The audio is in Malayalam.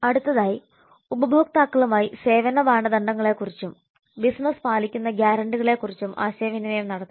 അടുത്തതായി ഉപഭോക്താക്കളുമായി സേവന മാനദണ്ഡങ്ങളെക്കുറിച്ചും ബിസിനസ്സ് പാലിക്കുന്ന ഗ്യാരണ്ടികളെക്കുറിച്ചും ആശയവിനിമയം നടത്തണം